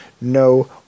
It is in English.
no